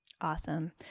awesome